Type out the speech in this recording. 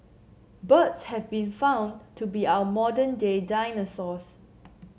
birds have been found to be our modern day dinosaurs